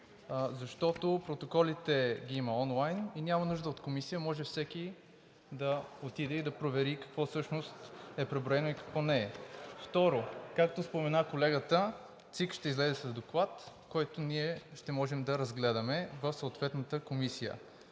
защото протоколите ги има онлайн и няма нужда от комисия. Може всеки да отиде и да провери какво всъщност е преброено и какво не е. Второ, както спомена колегата, ЦИК ще излезе с доклад, който ние ще можем да разгледаме в съответната комисия.